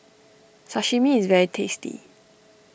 Sashimi is very tasty